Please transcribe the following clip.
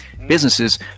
businesses